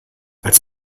als